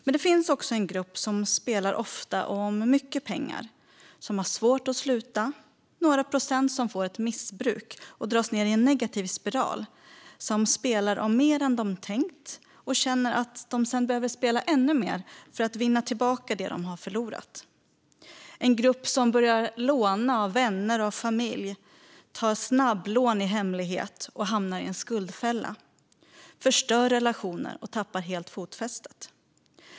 Men det finns också en grupp som spelar ofta och om mycket pengar, som har svårt att sluta, som får ett missbruk - några procent - och dras ned i en negativ spiral och som spelar om mer än de tänkt och känner att de sedan behöver spela ännu mer för att vinna tillbaka det de förlorat. Det är en grupp som börjar låna av vänner och familj, tar snabblån i hemlighet och hamnar i en skuldfälla, förstör relationer och helt tappar fotfästet.